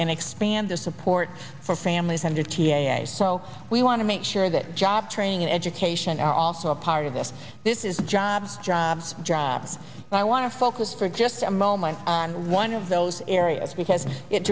and expand the support for families ended so we want to make sure that job training and education are also a part of this this is jobs jobs jobs and i want to focus for just a moment on one of those areas because it